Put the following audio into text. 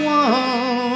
one